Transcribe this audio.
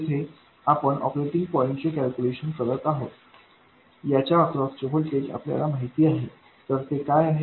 येथे आपण operating point चे कॅल्क्युलेशन करत आहोत याच्या अक्रॉस चे व्होल्टेज आपल्याला माहित आहे तर ते काय आहे